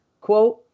quote